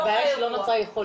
אבל לא נוצרה יכולת.